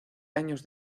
años